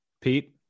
pete